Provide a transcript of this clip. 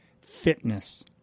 Fitness